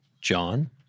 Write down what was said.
John